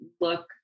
look